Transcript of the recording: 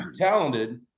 talented